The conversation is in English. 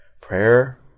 prayer